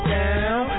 down